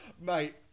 Mate